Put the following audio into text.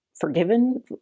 forgiven